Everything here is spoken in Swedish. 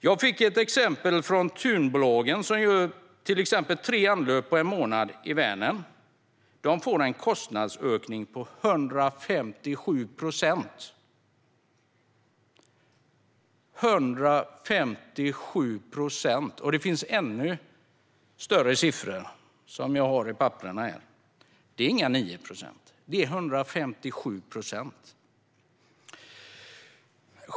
Jag fick ett exempel från Thunbolagen, som gör tre anlöp på en månad i Vänern. De får en kostnadsökning på 157 procent - 157! Och det finns ännu högre siffror, som jag har i mina papper här. Det är inga 9 procent, utan det är 157.